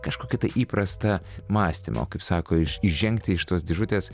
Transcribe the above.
kažkokį tai įprastą mąstymą kaip sako iš įžengti iš tos dėžutės